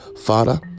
father